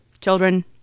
children